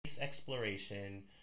exploration